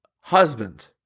husband